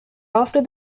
after